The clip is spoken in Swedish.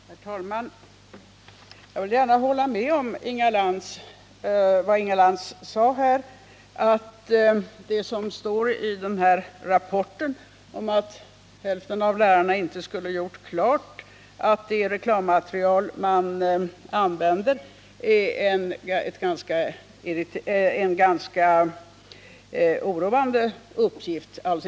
Herr talman! Jag vill gärna hålla med om vad Inga Lantz sade, att det som står i rapporten om att hälften av lärarna inte hade gjort klart att det är reklammaterial som används, är en ganska oroande uppgift.